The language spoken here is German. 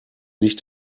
nicht